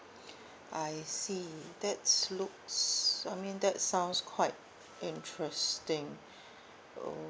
I see that looks I mean that sounds quite interesting